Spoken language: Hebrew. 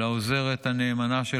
ולעוזרת הנאמנה,